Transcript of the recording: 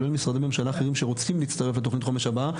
כולל משרדי ממשלה אחרים שרוצים להצטרף לתכנית החומש הבאה,